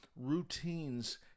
routines